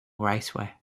raceway